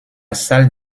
salle